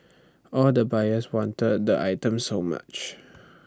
all the buyers wanted the items so much